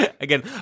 Again